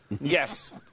Yes